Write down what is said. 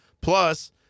Plus